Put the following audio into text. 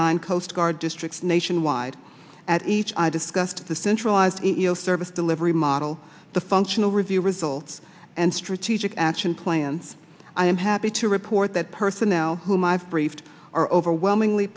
nine coast guard districts nationwide at each i discussed the centralized meal service delivery model the functional review results and strategic action plans i am happy to report that person now whom i've briefed are overwhelmingly